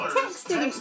texting